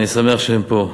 אני שמח שהם פה.